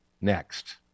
Next